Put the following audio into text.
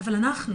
אבל אנחנו,